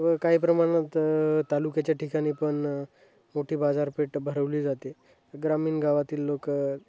व काही प्रमाणात तालुक्याच्या ठिकाणी पण मोठी बाजारपेठ भरवली जाते ग्रामीण गावातील लोक